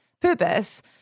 purpose